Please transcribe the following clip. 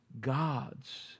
God's